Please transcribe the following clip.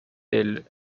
aile